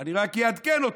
אני רק אעדכן אותו: